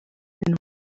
then